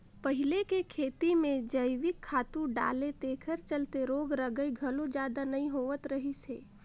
पहिले के खेती में जइविक खातू डाले तेखर चलते रोग रगई घलो जादा नइ होत रहिस हे